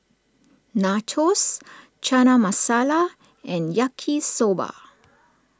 Nachos Chana Masala and Yaki Soba